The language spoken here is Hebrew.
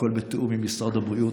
הכול בתיאום עם משרד הבריאות.